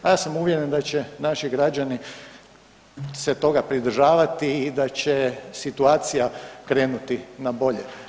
Pa ja sam uvjeren da će naši građani se toga pridržavati i da će situacija krenuti na bolje.